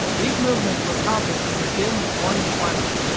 these movements were accomplished in the dim morning twilight.